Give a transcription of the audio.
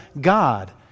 God